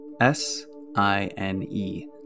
S-I-N-E